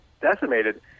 decimated